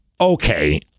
okay